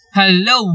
Hello